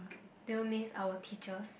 do you miss our teachers